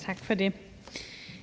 Tak for det.